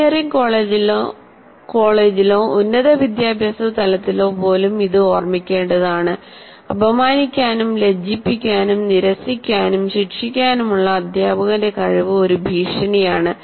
engineering കോളേജിലോ ഉന്നത വിദ്യാഭ്യാസ തലത്തിലോ പോലും ഇത് ഓർമ്മിക്കേണ്ടതാണ് അപമാനിക്കാനും ലജ്ജിപ്പിക്കാനും നിരസിക്കാനും ശിക്ഷിക്കാനുമുള്ള അധ്യാപകന്റെ കഴിവ് ഒരു ഭീഷണിയാണ്